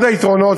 אחד היתרונות,